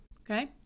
okay